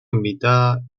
invitada